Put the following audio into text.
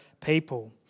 people